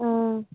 ఆ